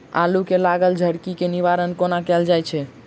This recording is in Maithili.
आलु मे लागल झरकी केँ निवारण कोना कैल जाय छै?